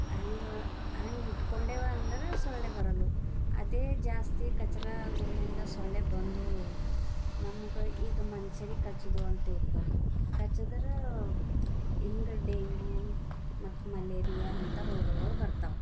ಹಂಗೆ ಹಂಗೆ ಇಟ್ಕೊಂಡೇವಂದ್ರೆ ಸೊಳ್ಳೆ ಬರಲ್ಲ ಅದೇ ಜಾಸ್ತಿ ಕಚ್ಡ ಅದರಿಂದ ಸೊಳ್ಳೆ ಬಂದವು ನಮ್ಗೆ ಈಗ ಮನ್ಷರಿಗೆ ಕಚ್ಚಿದೋ ಅಂತ ತಿಳ್ಕೊಳ್ಳಿ ಕಚ್ಚಿದ್ರ ಹಿಂಗ ಡೆಂಗೂ ಮತ್ತು ಮಲೇರಿಯಾ ಅಂಥ ರೋಗಗಳು ಬರ್ತವೆ